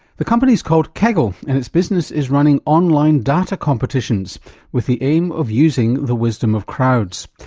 the company's called kaggle and its business is running online data competitions with the aim of using the wisdom of crowds.